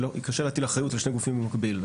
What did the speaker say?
קשה להטיל אחריות על שני גופים במקביל,